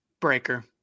Breaker